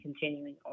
continuing